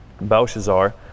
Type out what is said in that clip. Belshazzar